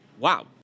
Wow